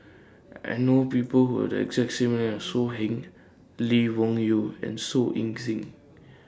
I know People Who Have The exact same name as So Heng Lee Wung Yew and Su Ing Sing